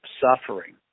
suffering